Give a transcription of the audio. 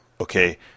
Okay